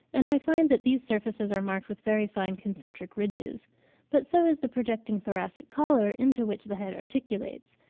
and i find that these surfaces are marked with very fine concentric ridges but so is the projecting thoracic collar into which the head articulates,